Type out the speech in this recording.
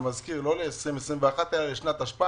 אני מזכיר, לא ל-2021 אלא לשנת תשפ"א.